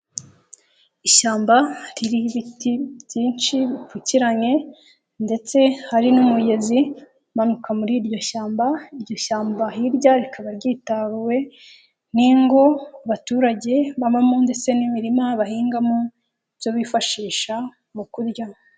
Ishyamba ririho ibiti byinshi bipfukiranye, ndetse hari n'umugezi, umanuka muri iryo shyamba. Iryo shyamba hirya rikaba ryitaruwe, n'ingo abaturage babamo ndetse n'imirima bahingamo, ibyo bifashisha mu kurya.